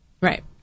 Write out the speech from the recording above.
Right